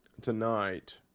tonight